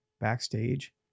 backstage